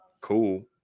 cool